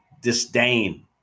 disdain